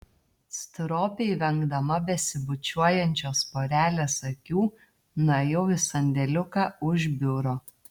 stropiai vengdama besibučiuojančios porelės akių nuėjau į sandėliuką už biuro